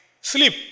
sleep